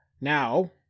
Now